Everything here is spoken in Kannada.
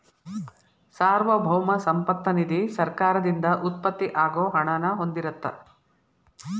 ಸಾರ್ವಭೌಮ ಸಂಪತ್ತ ನಿಧಿ ಸರ್ಕಾರದಿಂದ ಉತ್ಪತ್ತಿ ಆಗೋ ಹಣನ ಹೊಂದಿರತ್ತ